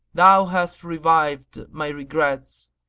thou hast revived my regrets.